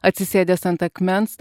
atsisėdęs ant akmens